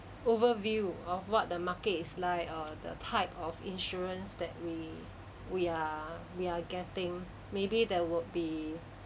overview of what the market is like or the type of insurance that we we are we are getting maybe that would be